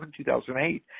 2008